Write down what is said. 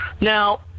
Now